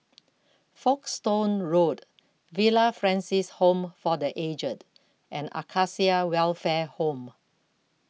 Folkestone Road Villa Francis Home for the Aged and Acacia Welfare Home